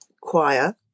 choir